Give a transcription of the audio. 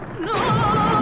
No